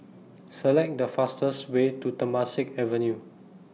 Select The fastest Way to Temasek Avenue